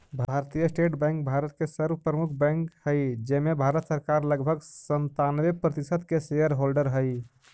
भारतीय state bank Bharat के सर्व प्रमुख बैंक हइ जेमें भारत सरकार लगभग सन्तानबे प्रतिशत के शेयर होल्डर हइ